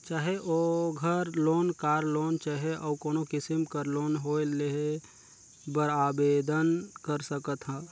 चाहे ओघर loan, car loan चहे अउ कोनो किसिम कर लोन होए लेय बर आबेदन कर सकत ह